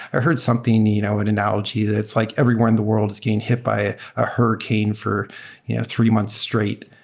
i heard something, you know an analogy, that's like everywhere in the world is getting hit by a hurricane for you know three months straight.